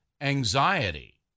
anxiety